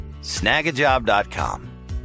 snagajob.com